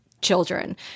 children